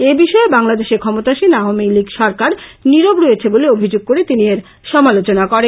এই বিষয়ে বাংলাদেশে ক্ষমতাসীন আওয়ামী লিগ সরকার নীরব রয়েছে বলে অভিযোগ করে তিনি এর সমালোচনা করেন